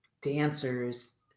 dancers